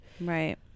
Right